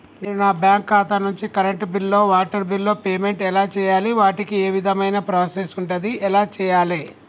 నేను నా బ్యాంకు ఖాతా నుంచి కరెంట్ బిల్లో వాటర్ బిల్లో పేమెంట్ ఎలా చేయాలి? వాటికి ఏ విధమైన ప్రాసెస్ ఉంటది? ఎలా చేయాలే?